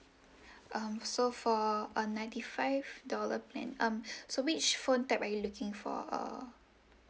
um so for uh ninety five dollar plan um so which phone type are you looking for err